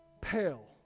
pale